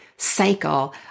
cycle